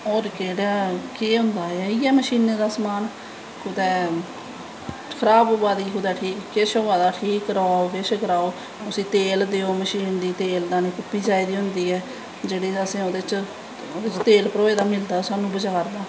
होर केह् होंदा ऐ इयै मशीनें दा समान कुजदै खराब होआ जदी कुदै किश होआ दा ठीक कराओ किश कराओ उसी तेल देओ मशीन गी तेल देनें गी कुपी चाही दी होंदी ऐ जेह्ड़ी तेल भरोए दा मिलदा ऐ बज़ार दा